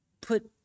put